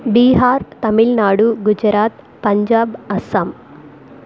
Bihar Tamil Nadu Gujarat Punjab Assam